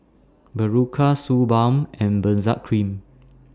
Berocca Suu Balm and Benzac Cream